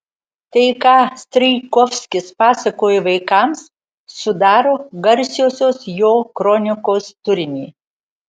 tai ką strijkovskis pasakojo vaikams sudaro garsiosios jo kronikos turinį